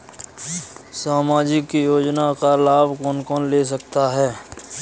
सामाजिक योजना का लाभ कौन कौन ले सकता है?